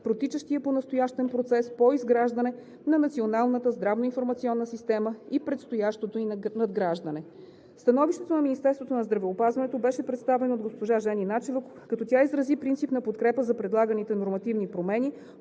протичащия понастоящем процес по изграждане на Националната здравноинформационна система и предстоящото ѝ надграждане. Становището на Министерството на здравеопазването беше представено от госпожа Жени Начева, като тя изрази принципна подкрепа за предлаганите нормативни промени.